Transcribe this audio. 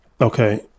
Okay